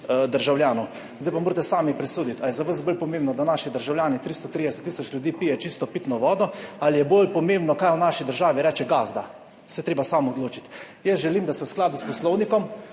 državljanov. Zdaj pa morate sami presoditi, ali je za vas bolj pomembno, da naši državljani, 330 tisoč ljudi pije čisto pitno vodo, ali je bolj pomembno, kaj v naši državi reče gazda, se morate sami odločiti. Jaz želim, da se v skladu s Poslovnikom